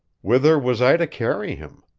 whither was i to carry him?